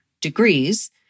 degrees